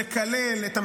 לקלל את הממשלה.